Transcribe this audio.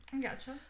gotcha